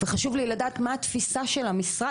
וחשוב לי לדעת מה התפיסה של המשרד,